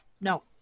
No